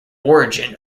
origin